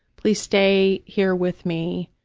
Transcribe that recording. please stay here with me,